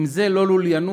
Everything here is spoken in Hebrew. אם זה לא לוליינות,